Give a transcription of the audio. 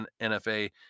NFA